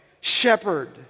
Shepherd